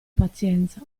pazienza